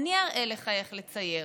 אני אראה לך איך לצייר,